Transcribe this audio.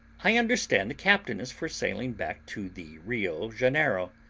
i understand the captain is for sailing back to the rio janeiro,